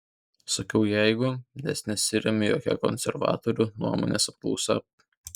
sakau jeigu nes nesiremiu jokia konservatorių nuomonės apklausa